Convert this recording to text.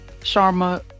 Sharma